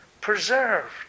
preserved